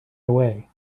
away